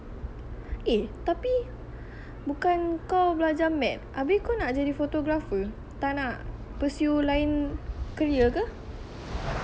eh tapi bukan kau belajar map abeh kau nak jadi photographer tak nak pursue lain career ke